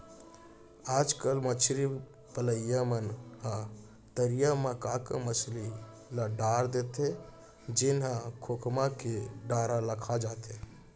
आजकल मछरी पलइया मन ह तरिया म का का मछरी ल डाल देथे जेन ह खोखमा के डारा ल खा जाथे